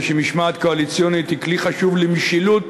משום שמשמעת קואליציונית היא כלי חשוב למשילות.